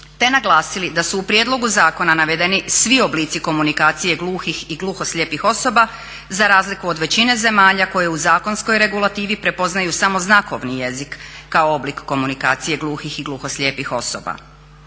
te naglasili da su u prijedlogu zakona navedeni svi oblici komunikacije gluhih i gluhoslijepih osoba za razliku od većine zemalja koji u zakonskoj regulativi prepoznaju samo znakovni jezik kao oblik komunikacije gluhih i gluhoslijepih osoba.